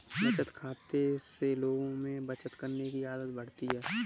बचत खाते से लोगों में बचत करने की आदत बढ़ती है